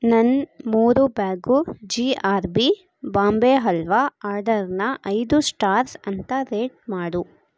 ನನ್ನ ಮೂರು bag G R B Bombay halwa ಆರ್ಡರ್ನ ಐದು ಸ್ಟಾರ್ಸ್ ಅಂತ ರೇಟ್ ಮಾಡು